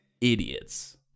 idiots